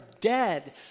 dead